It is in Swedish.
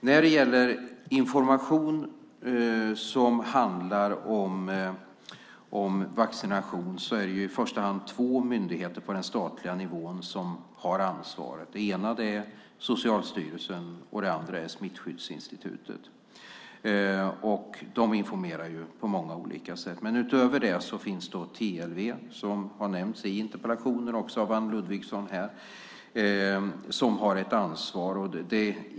När det gäller information som handlar om vaccination är det i första hand två myndigheter på den statliga nivån som har ansvaret. Den ena är Socialstyrelsen, och den andra är Smittskyddsinstitutet. De informerar på många olika sätt. Utöver det finns TLV, som har nämnts i interpellationen och också av Anne Ludvigsson här, som har ett ansvar.